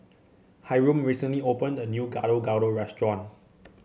Hyrum recently opened a new Gado Gado restaurant